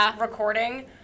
recording